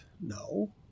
No